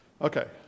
Okay